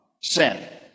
sin